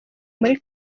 muri